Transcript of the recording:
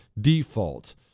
default